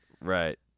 Right